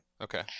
Okay